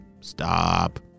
stop